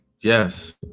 Yes